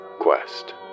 quest